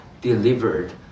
delivered